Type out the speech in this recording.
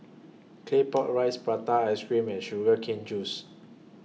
Claypot Rice Prata Ice Cream and Sugar Cane Juice